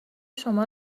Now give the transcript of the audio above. شما